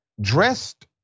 dressed